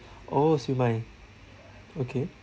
oh siu mai okay